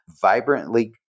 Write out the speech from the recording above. vibrantly